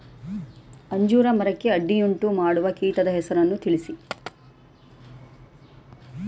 ಅಂಜೂರ ಮರಕ್ಕೆ ಅಡ್ಡಿಯುಂಟುಮಾಡುವ ಕೀಟದ ಹೆಸರನ್ನು ತಿಳಿಸಿ?